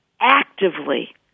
actively